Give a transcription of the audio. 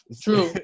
True